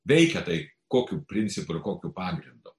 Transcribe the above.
veikia tai kokiu principu ir kokiu pagrindu